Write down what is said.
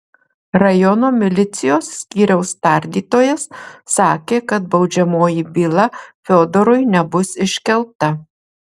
rajono milicijos skyriaus tardytojas sakė kad baudžiamoji byla fiodorui nebus iškelta